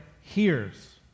hears